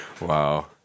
Wow